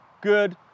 good